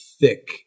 thick